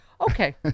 Okay